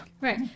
right